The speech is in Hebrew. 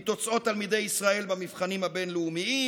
מתוצאות תלמידי ישראל במבחנים הבין-לאומיים,